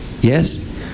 Yes